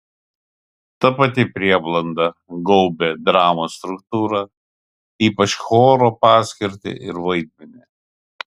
ta pati prieblanda gaubė dramos struktūrą ypač choro paskirtį ir vaidmenį